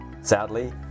Sadly